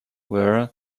were